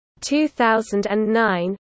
2009